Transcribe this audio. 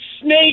snake